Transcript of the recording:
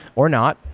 or not.